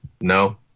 no